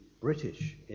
British